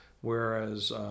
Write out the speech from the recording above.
Whereas